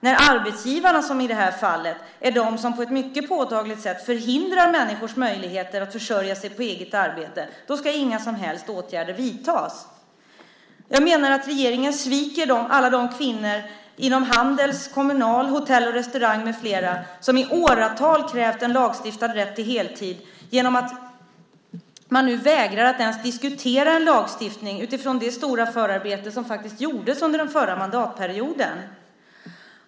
När arbetsgivarna, som i det här fallet, är de som på ett mycket påtagligt sätt förhindrar människors möjligheter att försörja sig på eget arbete ska inga som helst åtgärder vidtas. Jag menar att regeringen sviker alla de kvinnor inom Handels, Kommunal, Hotell och Restaurangfacket med flera som i åratal krävt en lagstiftad rätt till heltid genom att man nu vägrar att ens diskutera en lagstiftning utifrån det stora förarbete som faktiskt gjordes under den förra mandatperioden.